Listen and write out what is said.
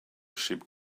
ship